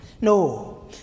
No